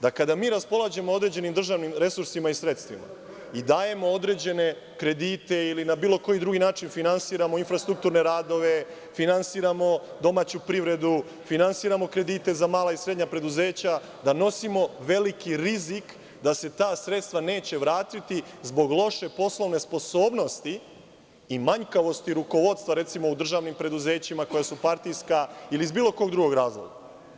Da kada mi raspolažemo određenim državnim resursima i sredstvima i dajemo određene kredite ili na bilo koji drugi način finansiramo infrastrukturne radove, finansiramo domaću privredu, finansiramo kredite za mala i srednja preduzeća, da nosimo veliki rizik da se ta sredstva neće vratiti zbog loše poslovne sposobnosti i manjkavosti rukovodstva, recimo, u državnim preduzećima koja su partijska ili iz bilo kog drugog razloga.